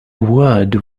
word